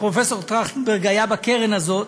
פרופ' טרכטנברג היה בקרן הזאת.